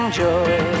joy